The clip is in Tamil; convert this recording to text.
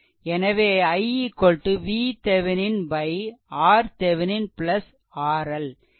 எனவே i VThevenin RThevenin RL